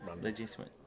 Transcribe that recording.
Legitimate